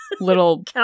little